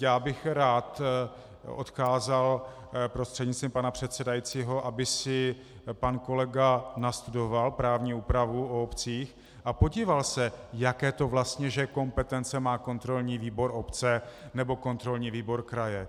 Já bych rád odkázal prostřednictvím pana předsedajícího, aby si pan kolega nastudoval právní úpravu o obcích a podíval se, jaké to vlastně že kompetence má kontrolní výbor obce nebo kontrolní výbor kraje.